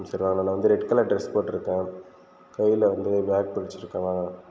சரி வாங்கண்ணா வந்து ரெட் கலர் டிரெஸ் போட்டிருக்கேன் கையில் வந்து பேக் பிடிச்சிட்டு இருக்கேண்ணா